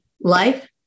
life